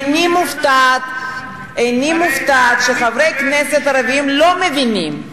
איני מופתעת שחברי הכנסת הערבים לא מבינים.